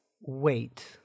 wait